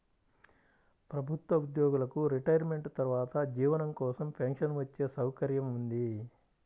ప్రభుత్వ ఉద్యోగులకు రిటైర్మెంట్ తర్వాత జీవనం కోసం పెన్షన్ వచ్చే సౌకర్యం ఉంది